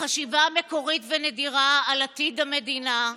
בחשיבה מקורית ונדירה על עתיד המדינה,